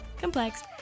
complex